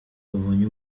babonye